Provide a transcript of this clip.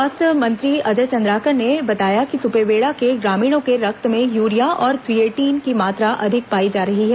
स्वास्थ्य मंत्री अजय चंद्राकर ने बताया कि सुपेबेड़ा के ग्रामीणों के रक्त में यूरिया और क्रिएटिन की मात्रा अधिक पाई जा रही है